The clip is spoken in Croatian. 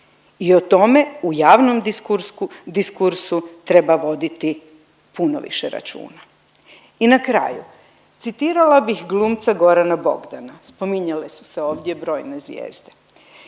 i o tome u javnom diskursu treba voditi puno više računa. I na kraju citirala bih glumca Gorana Bogdana, spominjale su se ovdje brojne zvijezde,